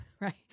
right